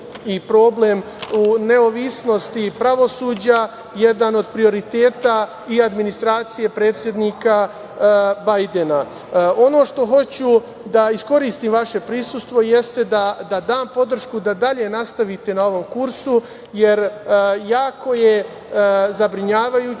i problem neovisnosti pravosuđa jedan od prioriteta i administracije predsednika Bajdena. Ono što hoću da iskoristim vaše prisustvo da dam podršku da dalje nastavite na ovom kursu, jer jako je zabrinjavajuća